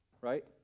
Right